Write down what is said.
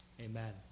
Amen